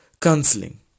counseling